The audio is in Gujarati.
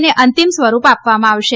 ને અંતિમ સ્વરૂપ આપવામાં આવશે